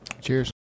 Cheers